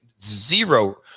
zero